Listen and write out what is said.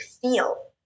feel